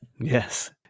yes